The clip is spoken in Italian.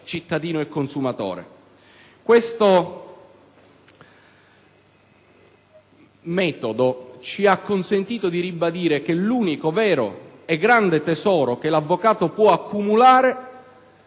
cittadino e consumatore. Questo metodo ci ha consentito di ribadire che l'unico vero e grande tesoro che l'avvocato può accumulare